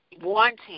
Wanting